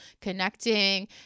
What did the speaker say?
connecting